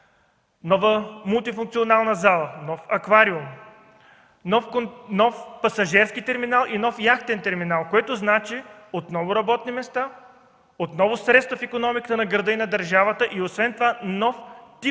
нова мултифункционална зала, нов аквариум, нов пасажерски терминал и нов яхтен терминал, което значи отново работни места, отново средства в икономиката на града и на държавата и освен това нов тип